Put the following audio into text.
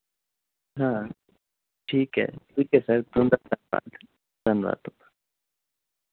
हां ठीक ऐ ठीक ऐ सर तुं'दा धन्नबाद धन्नबाद तुं'दा